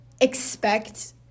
expect